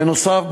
בנוסף,